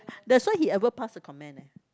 that's why he ever pass a comment